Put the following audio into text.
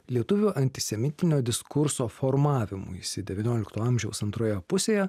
lietuvių antisemitinio diskurso formavimuisi devyniolikto amžiaus antroje pusėje